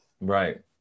Right